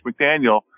McDaniel